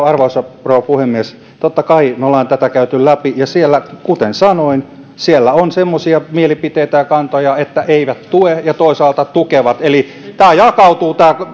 arvoisa rouva puhemies totta kai me olemme tätä käyneet läpi ja kuten sanoin siellä on semmoisia mielipiteitä ja kantoja että ne eivät tue ja toisaalta tukevat eli tämä